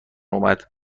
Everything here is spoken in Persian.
اومد